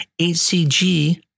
HCG